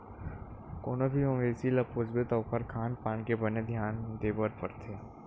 कोनो भी मवेसी ल पोसबे त ओखर खान पान के बने धियान देबर परथे